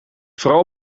vooral